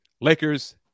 Lakers